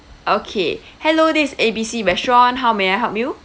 okay hello this is A B C restaurant how may I help you